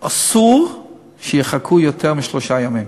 אסור שיחכו יותר משלושה ימים,